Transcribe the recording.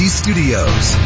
studios